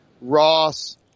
Ross